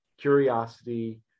curiosity